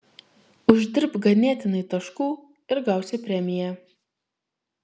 uždirbk ganėtinai taškų ir gausi premiją